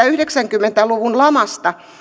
yhdeksänkymmentä luvun